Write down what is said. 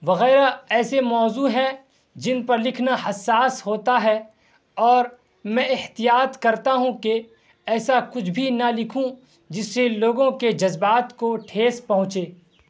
وغیرہ ایسے موضوع ہیں جن پر لکھنا حساس ہوتا ہے اور میں احتیاط کرتا ہوں کہ ایسا کچھ بھی نہ لکھوں جس سے لوگوں کے جذبات کو ٹھیس پہنچے